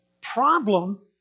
problem